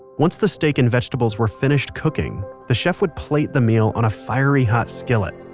once the steak and vegetables were finished cooking, the chef would plate the meal on a fiery-hot skillet,